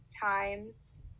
times